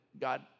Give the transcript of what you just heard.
god